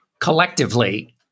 collectively